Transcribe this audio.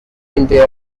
into